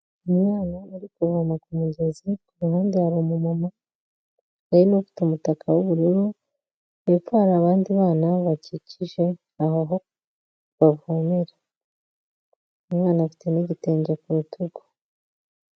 Umwana uri kuvoma ku mugezi, kuruhande hari umumama ari nk'ufite umutaka w'ubururu, hepfo hari abandi bana bakikije aho bavomera, umwana afite n'igitenge ku rutugu.